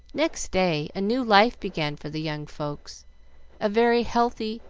next day a new life began for the young folks a very healthy,